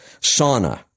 Sauna